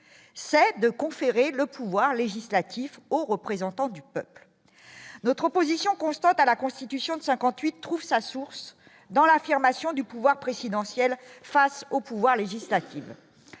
de conférer le pouvoir législatif aux représentants du peuple, votre position constante à la Constitution de 58, trouve sa source dans l'affirmation du pouvoir présidentiel face au pouvoir législatif,